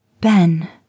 Ben